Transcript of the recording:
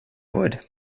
wood